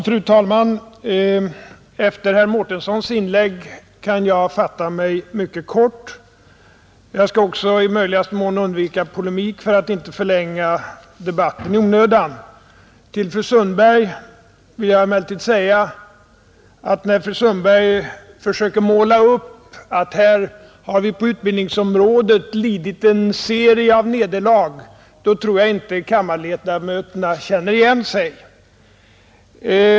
Fru talman! Efter herr Mårtenssons inlägg kan jag fatta mig mycket kort. Jag skall också i möjligaste mån undvika polemik för att inte förlänga debatten i onödan. Till fru Sundberg vill jag emellertid säga att när hon försöker måla upp att vi på utbildningsområdet har lidit en serie av nederlag, då tror jag inte kammarledamöterna känner igen sig.